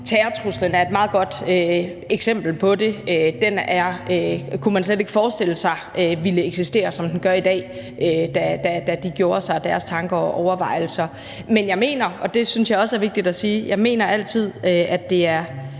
Terrortruslen er et meget godt eksempel på det. Den kunne man slet ikke forestille sig ville eksistere, som den gør i dag, da de gjorde sig deres tanker og overvejelser. Men jeg mener – og det synes jeg også er vigtigt at sige – at det altid er